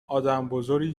آدمبزرگی